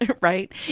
right